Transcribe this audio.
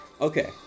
Okay